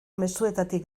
mezuetatik